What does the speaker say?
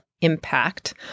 impact